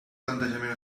plantejament